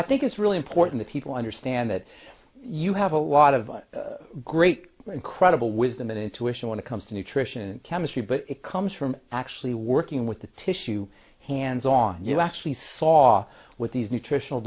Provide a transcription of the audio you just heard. i think it's really important that people understand that you have a lot of great incredible wisdom and intuition when it comes to nutrition and chemistry but it comes from actually working with the tissue hands on you actually thaw with these nutritional